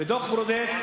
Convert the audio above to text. בדוח-ברודט,